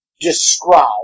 describe